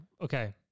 Okay